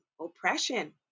oppression